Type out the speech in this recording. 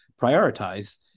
prioritize